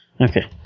Okay